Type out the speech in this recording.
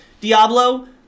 diablo